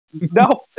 No